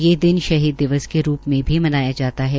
ये दिन शहीद दिवस के रूप में भी मनाया जाता है